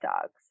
dogs